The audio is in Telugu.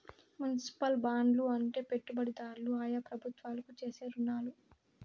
మునిసిపల్ బాండ్లు అంటే పెట్టుబడిదారులు ఆయా ప్రభుత్వాలకు చేసే రుణాలు